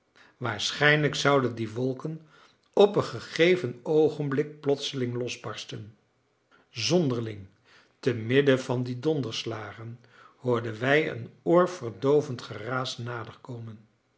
waarschijnlijk zouden die wolken op een gegeven oogenblik plotseling losbarsten zonderling temidden van die donderslagen hoorden wij een oorverdoovend geraas naderkomen